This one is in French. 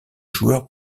joueur